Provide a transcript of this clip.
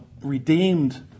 redeemed